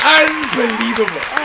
unbelievable